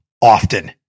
often